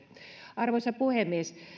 arvoisa puhemies